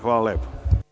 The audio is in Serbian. Hvala lepo.